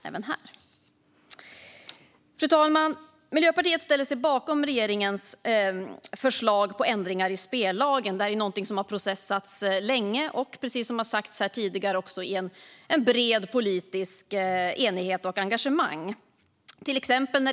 Fru talman! Miljöpartiet ställer sig bakom regeringen förslag på ändringar i spellagen. Detta har processats länge med bred politisk enighet och stort engagemang.